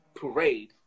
parade